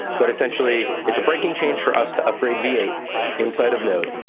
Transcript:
but essentially, it's a breaking change for us to upgrade v eight inside of node.